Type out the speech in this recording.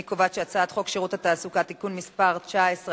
אני קובעת שהצעת חוק שירות התעסוקה (תיקון מס' 19),